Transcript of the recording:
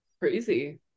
Crazy